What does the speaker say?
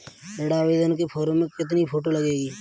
ऋण आवेदन के फॉर्म में कितनी फोटो लगेंगी?